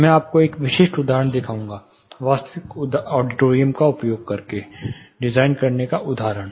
मैं आपको एक विशिष्ट उदाहरण दिखाऊंगा वास्तविक ऑडिटोरियम का उपयोग करके डिजाइन करने का उदाहरण